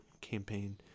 campaign